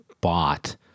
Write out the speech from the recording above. bought